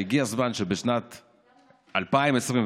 והגיע הזמן שבשנת 2021,